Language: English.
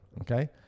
okay